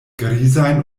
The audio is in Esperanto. grizajn